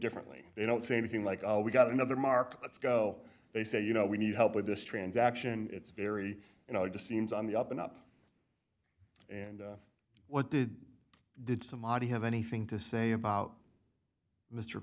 differently they don't say anything like oh we got another mark let's go they say you know we need help with this transaction it's very you know it just seems on the up and up and what did did somebody have anything to say about